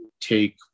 take